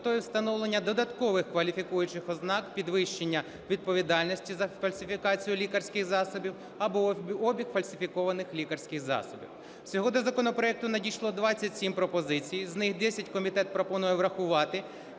метою встановлення додаткових кваліфікуючих ознак підвищення відповідальності за фальсифікацію лікарських засобів або обіг фальсифікованих лікарських засобів. Всього до законопроекту надійшло 27 пропозицій, з них: 10 – комітет пропонує врахувати,